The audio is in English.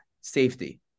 Safety